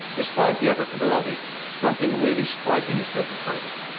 despite the efforts of the lobby, something really striking is taking place.